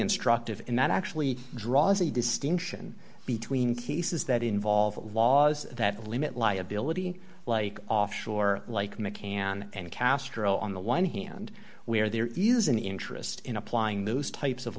instructive and that actually draws a distinction between thesis that involves laws that limit liability like offshore like mccann and castro on the one hand where there is an interest in applying those types of